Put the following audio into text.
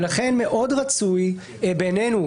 ולכן מאוד רצוי בעינינו,